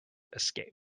escape